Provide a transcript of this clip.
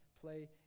play